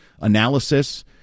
analysis